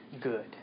good